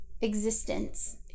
existence